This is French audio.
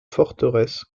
forteresse